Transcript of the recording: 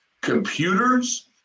computers